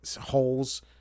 holes